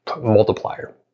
multiplier